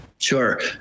Sure